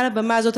מעל הבמה הזאת,